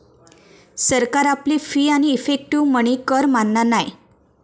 सरकार आपली फी आणि इफेक्टीव मनी कर मानना नाय